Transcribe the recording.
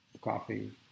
coffee